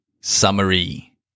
Summary